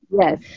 Yes